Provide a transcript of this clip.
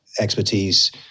expertise